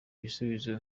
ibisubizo